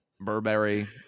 Burberry